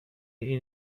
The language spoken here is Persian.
این